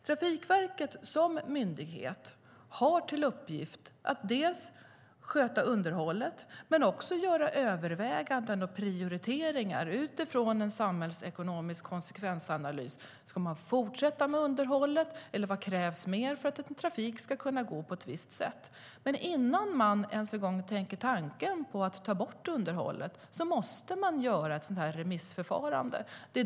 Trafikverket som myndighet har till uppgift att sköta underhållet men också att göra överväganden och prioriteringar utifrån en samhällsekonomisk konsekvensanalys. Ska man fortsätta med underhållet, eller vad krävs mer för att trafik ska kunna gå på ett visst sätt? Men innan man ens en gång tänker tanken att ta bort underhållet måste man göra ett remissförfarande.